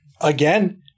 Again